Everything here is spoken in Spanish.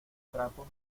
trapo